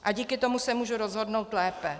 A díky tomu se můžu rozhodnout lépe.